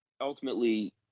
ultimately